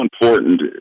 important